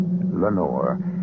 Lenore